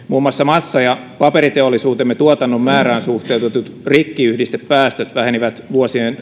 muun muassa massa ja paperiteollisuutemme tuotannon määrään suhteutetut rikkiyhdistepäästöt vähenivät vuosien